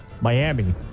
Miami